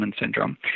syndrome